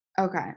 Okay